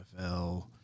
NFL –